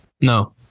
No